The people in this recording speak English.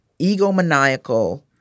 egomaniacal